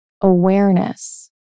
awareness